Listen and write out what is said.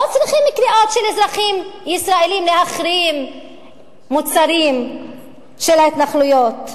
לא צריכים קריאות של אזרחים ישראלים להחרים מוצרים של ההתנחלויות.